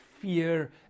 fear